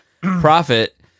profit